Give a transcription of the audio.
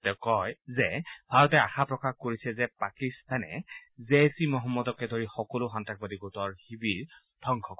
তেওঁ কয় যে ভাৰতে আশা প্ৰকাশ কৰিছে যে পাকিস্তানা জেইছ ঈ মহম্মদকে ধৰি সকলো সন্ত্ৰাসবাদী গোটৰ শিবিৰ ধবংস কৰিব